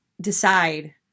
decide